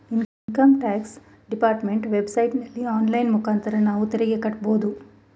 income tax department web ಸೈಟಲ್ಲಿ online ಮುಖಾಂತರ ನಾವು ತೆರಿಗೆ ಕಟ್ಟಬೋದು